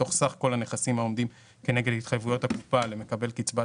מתוך סך כל הנכסים העומדים כנגד התחייבויות הקופה למקבל קצבת